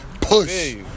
Push